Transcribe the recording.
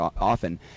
often